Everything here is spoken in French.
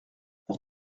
pour